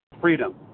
freedom